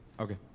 okay